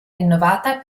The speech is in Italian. rinnovata